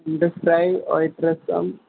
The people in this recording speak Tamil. நண்டு ஃப்ரை ஒயிட் ரசம்